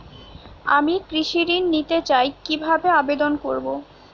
আমি কৃষি ঋণ নিতে চাই কি ভাবে আবেদন করব?